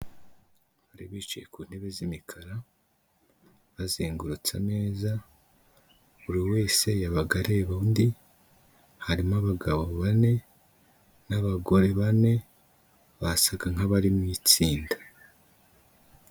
Bari bicaye ku ntebe z'imikara, bazengutsa ameza, buri wese yabaga areba undi, harimo abagabo bane, n'abagore bane, basaga nk'abari mu itsinda.